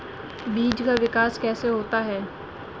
बीज का विकास कैसे होता है?